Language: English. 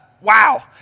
Wow